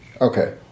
Okay